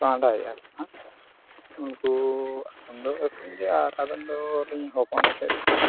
ᱠᱚ ᱦᱟᱸᱜ ᱩᱱᱠᱩ ᱟᱹᱠᱷᱨᱤᱧ ᱜᱮ ᱟᱨ ᱟᱫᱚᱢ ᱫᱚᱞᱤᱧ ᱦᱚᱯᱚᱱ ᱦᱚᱪᱚᱭᱮᱜ ᱠᱚᱣᱟ